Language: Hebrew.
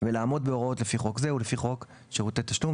ולעמוד בהוראות לפי חוק זה ולפי חוק שירותי תשלום,